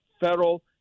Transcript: federal